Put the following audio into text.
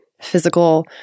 physical